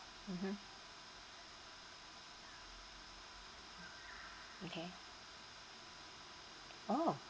mmhmm okay oh